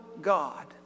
God